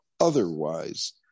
Otherwise